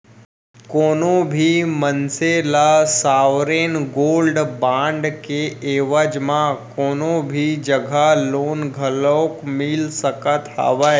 कोनो भी मनसे ल सॉवरेन गोल्ड बांड के एवज म कोनो भी जघा लोन घलोक मिल सकत हावय